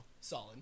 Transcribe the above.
solid